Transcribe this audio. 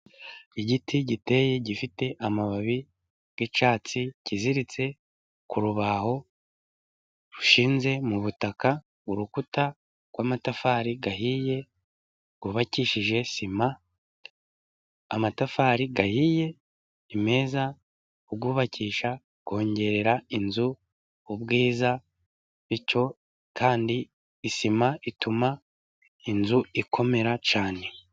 Igiti giteye gifite amababi y'icyatsi kiziritse ku rubaho rushinze mu butaka, urukuta rw'amatafari ahiye rwubakishije sima. Amatafari ahiye ni meza kuyubakisha kongera inzu ubwiza bityo kandi isima ituma inzu ikomera cyane.